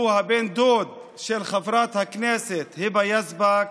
שהוא בן הדוד של חברת הכנסת היבה יזבק,